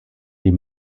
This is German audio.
die